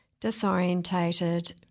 disorientated